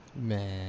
Man